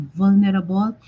vulnerable